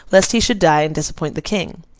lest he should die and disappoint the king.